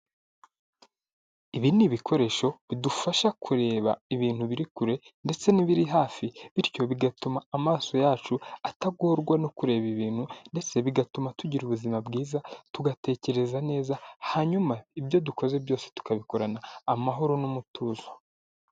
Ibi ni ibikoresho bidufasha kureba ibintu biri kure ndetse n'ibiri hafi bityo bigatuma amaso yacu atagorwa no kureba ibintu ndetse bigatuma tugira ubuzima bwiza, tugatekereza neza, hanyuma ibyo dukoze byose tukabikorana amahoro n'umutuzo.